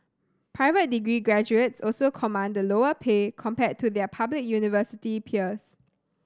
private degree graduates also command the lower pay compared to their public university peers